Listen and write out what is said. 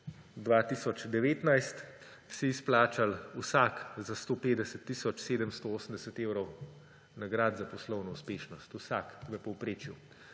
2019 izplačali vsak za 150 tisoč 780 evrov nagrad za poslovno uspešnost. Vsak v povprečju.